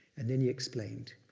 and then he explained,